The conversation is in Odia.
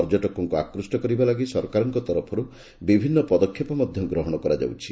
ପର୍ଯ୍ୟଟକଙ୍କୁ ଆକୃଷ୍ କରିବା ଲାଗି ସରକାରଙ୍କ ତରଫରୁ ବିଭିନୁ ପଦକ୍ଷେପ ମଧ ଗ୍ରହଶ କରାଯାଉଛି